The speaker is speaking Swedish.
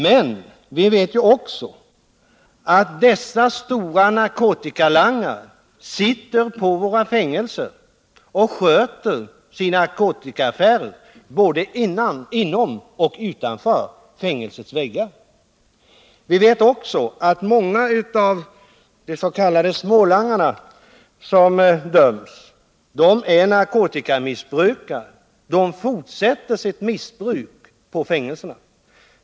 Men vi vet även att dessa stora narkotikalangare sitter på våra fängelser och sköter sina narkotikaaffärer både innanför och utanför fängelsets väggar. Vi vet också att många av de s.k. smålangarna som döms är narkotikamissbrukare — de fortsätter sitt missbruk på fängelserna.